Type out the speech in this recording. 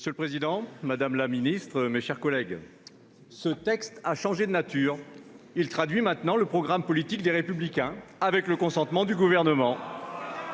Monsieur le président, madame la ministre, mes chers collègues, ce texte a changé de nature. Il traduit maintenant le programme politique des Républicains, avec le consentement du Gouvernement.